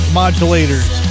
modulators